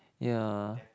ya